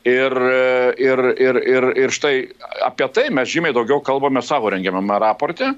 ir ir ir ir štai apie tai mes žymiai daugiau kalbame savo rengiamame raporte